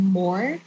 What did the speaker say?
more